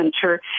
Center